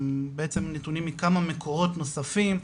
בעצם, נתונים מכמה מקורות נוספים,